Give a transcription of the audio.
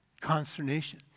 consternation